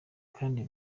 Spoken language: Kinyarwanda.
kandi